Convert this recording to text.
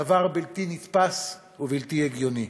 דבר בלתי נתפס ובלתי הגיוני.